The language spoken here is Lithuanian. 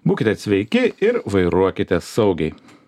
būkite sveiki ir vairuokite saugiai